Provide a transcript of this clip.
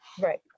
Right